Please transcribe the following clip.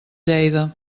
lleida